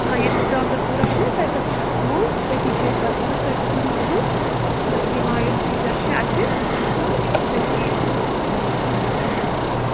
نہَ ییٚتٮ۪س ڈانٛگرپوٗرَہ چھُنا تَتٮ۪س چھُ سکوٗل تٔتی چھِ أسۍ بَسان حظ تُہۍ کٔرۍزیٚو مولوٗم تَسلیما یۄس ٹیٖچَر چھِ اَتہِ تہٕ تٔتی گژھِو تۄہہِ مولوٗم یِم أسۍ کَتٮ۪س چھِ